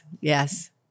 Yes